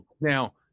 now